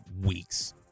weeks